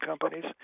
companies